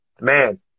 Man